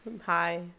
Hi